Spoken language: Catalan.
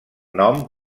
nom